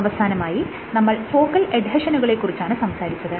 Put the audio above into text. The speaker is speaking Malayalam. അവസാനമായി നമ്മൾ ഫോക്കൽ എഡ്ഹെഷനുകളെ കുറിച്ചാണ് സംസാരിച്ചത്